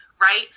Right